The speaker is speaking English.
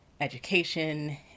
education